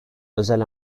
özel